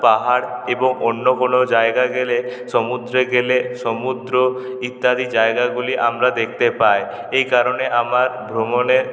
পাহাড় এবং অন্য কোনো জায়গায় গেলে সমুদ্রে গেলে সমুদ্র ইত্যাদি জায়গাগুলি আমরা দেখতে পাই এই কারণে আমার ভ্রমণে